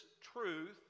truth